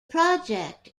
project